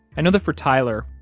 i know that for tyler,